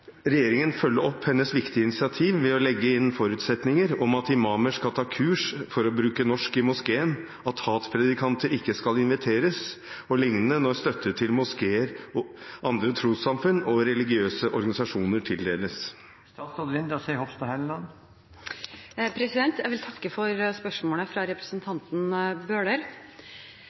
regjeringen følge opp hennes viktige initiativ ved å legge inn forutsetninger om at imamer skal ta kurs for å bruke norsk i moskeen, at hatpredikanter ikke skal inviteres når støtte til moskeer, andre trossamfunn og religiøse organisasjoner tildeles?» Jeg vil takke for spørsmålet fra representanten Bøhler.